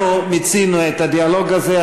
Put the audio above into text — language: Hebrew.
אנחנו מיצינו את הדיאלוג הזה.